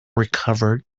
recovered